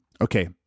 Okay